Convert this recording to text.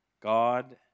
God